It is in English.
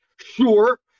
Sure